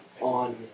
on